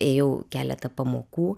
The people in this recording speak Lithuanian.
jau keletą pamokų